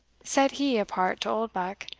said he apart to oldbuck,